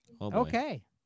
Okay